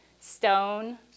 stone